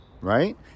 right